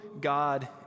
God